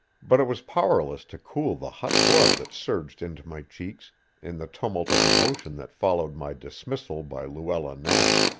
but it was powerless to cool the hot blood that surged into my cheeks in the tumult of emotion that followed my dismissal by luella knapp.